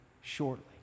shortly